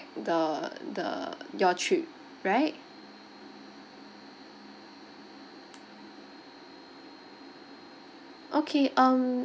the the your trip right okay um